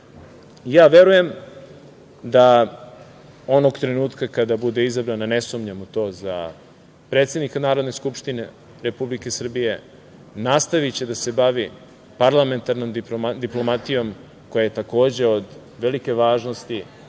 Srbije. Verujem da onog trenutka kada bude izabran, a ne sumnjam u to, za predsednika Narodne skupštine Republike Srbije nastaviće da se bavi parlamentarnom diplomatijom, koja je takođe od velike važnosti